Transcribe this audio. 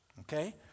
Okay